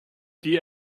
die